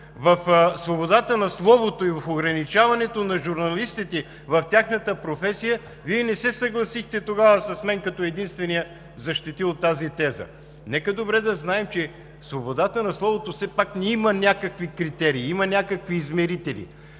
в свободата на словото и в ограничаването на журналистите в тяхната професия. Вие не се съгласихте с мен като единствения, защитил тази теза. Нека добре да знаем, че свободата на словото ни все пак има някакви критерии, има някакви измерители.